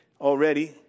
already